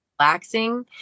relaxing